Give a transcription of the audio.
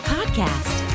Podcast